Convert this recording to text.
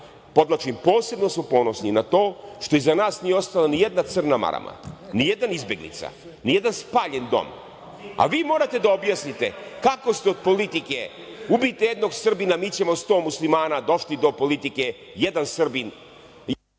podvlačim, posebno smo ponosni na to što iza nas nije ostala nijedna crna marama, nijedna izbeglica, nijedan spaljen dom, a vi morate da objasnite kako ste od politike – ubite jednog Srbina, mi ćemo 100 muslimana, došli do politike jedan Srbin…